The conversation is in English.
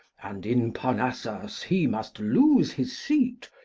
and in parnassus he must lose his seat,